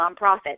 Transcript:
nonprofit